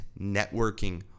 networking